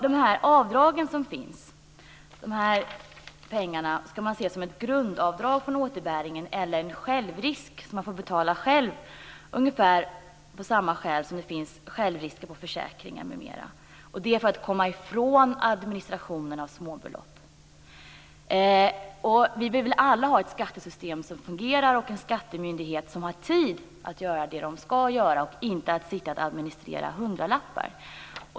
De här pengarna ska ses som ett grundavdrag från återbäringen eller som en självrisk, som man får betala själv, av ungefär samma skäl som det finns självrisk i försäkringar m.m. Det är för att komma ifrån administrationen av småbelopp. Vi vill väl alla ha ett skattesystem som fungerar och en skattemyndighet som har tid att göra det som den ska göra och inte sitta och administrera hundralappar.